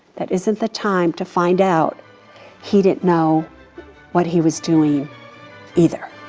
that isn't the time to find out he didn't know what he was doing either.